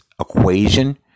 equation